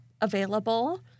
available